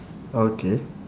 okay